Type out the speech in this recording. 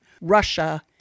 Russia